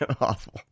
Awful